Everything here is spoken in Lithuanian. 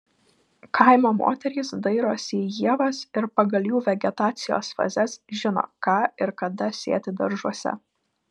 kaimo moterys dairosi į ievas ir pagal jų vegetacijos fazes žino ką ir kada sėti daržuose